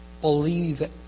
believe